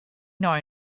nei